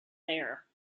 there